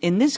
in this